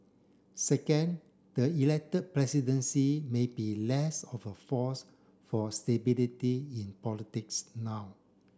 second the elected presidency may be less of a force for stability in politics now